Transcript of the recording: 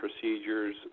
procedures